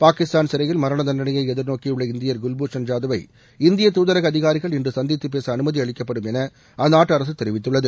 பாகிஸ்தான் சிறையில் மரண தண்டனையை எதிர்நோக்கியுள்ள இந்தியர் குல்புஷன் ஜாதவை இந்திய தூதரக அதிகாரிகள் இன்று சந்தித்துப் பேச அனுமதி அளிக்கப்படும் என அந்நாட்டு அரசு தெரிவித்துள்ளது